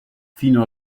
fino